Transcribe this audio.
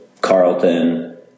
Carlton